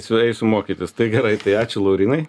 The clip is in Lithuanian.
siu eisiu mokytis tai gerai tai ačiū laurynai